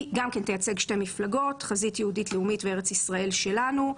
והיא תייצג שתי מפלגות: "חזית יהודית לאומית" ו"ארץ ישראל שלנו",